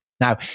Now